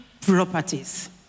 properties